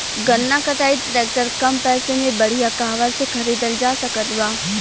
गन्ना कटाई ट्रैक्टर कम पैसे में बढ़िया कहवा से खरिदल जा सकत बा?